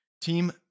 Team